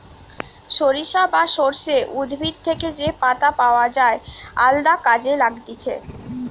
সরিষা বা সর্ষে উদ্ভিদ থেকে যে পাতা পাওয় যায় আলদা কাজে লাগতিছে